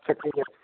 আচ্ছা ঠিক আছে